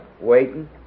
Waiting